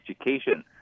education